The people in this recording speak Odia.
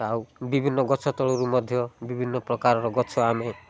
ଆଉ ବିଭିନ୍ନ ଗଛ ତଳରୁ ମଧ୍ୟ ବିଭିନ୍ନ ପ୍ରକାରର ଗଛ ଆମେ